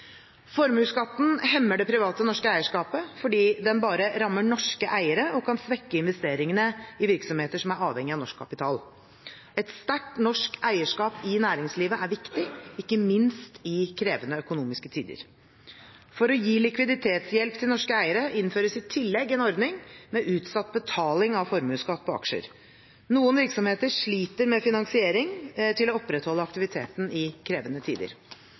Formuesskatten hemmer det private norske eierskapet fordi den bare rammer norske eiere og kan svekke investeringene i virksomheter som er avhengig av norsk kapital. Et sterkt norsk eierskap i næringslivet er viktig, ikke minst i krevende økonomiske tider. For å gi likviditetshjelp til norske eiere innføres i tillegg en ordning med utsatt betaling av formuesskatt på aksjer. Noen virksomheter sliter med finansiering til å opprettholde aktiviteten i krevende tider.